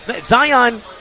Zion